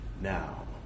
Now